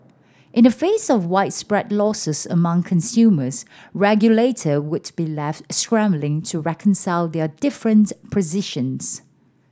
in the face of widespread losses among consumers regulator would be left scrambling to reconcile their different positions